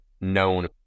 known